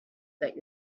that